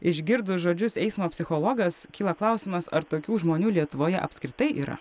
išgirdus žodžius eismo psichologas kyla klausimas ar tokių žmonių lietuvoje apskritai yra